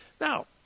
Now